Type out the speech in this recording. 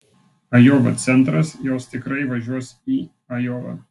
ajova centras jos tikrai važiuos į ajovą